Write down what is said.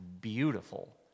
beautiful